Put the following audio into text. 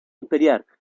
imperial